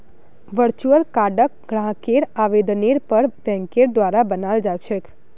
virtual कार्डक ग्राहकेर आवेदनेर पर बैंकेर द्वारा बनाल जा छेक